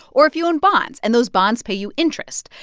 or if you own bonds, and those bonds pay you interest.